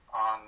on